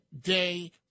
day